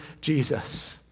Jesus